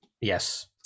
Yes